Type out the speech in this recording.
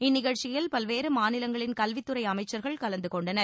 இந்நிகழ்ச்சியில் பல்வேறு மாநிலங்களின் கல்வித்துறை அமைச்சர்கள் கலந்து கொண்டனர்